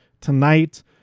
tonight